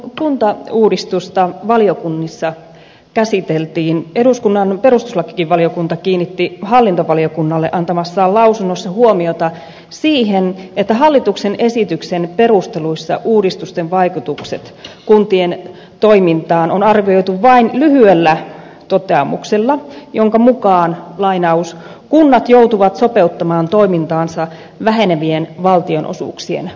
kun kuntauudistusta valiokunnissa käsiteltiin eduskunnan perustuslakivaliokunta kiinnitti hallintovaliokunnalle antamassaan lausunnossa huomiota siihen että hallituksen esityksen perusteluissa uudistusten vaikutukset kuntien toimintaan on arvioitu vain lyhyellä toteamuksella jonka mukaan kunnat joutuvat sopeuttamaan toimintaansa vähenevien valtionosuuksien vuoksi